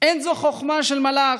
אין זו חוכמה של מלאך,